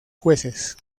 jueces